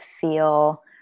feel